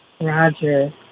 Roger